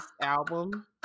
album